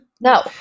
no